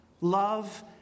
love